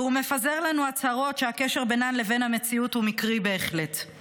והוא מפזר לנו הצהרות שהקשר בינן לבין המציאות הוא מקרי בהחלט,